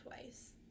twice